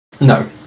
No